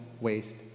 waste